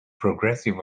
progressive